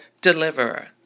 deliverer